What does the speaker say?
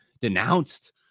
denounced